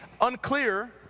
unclear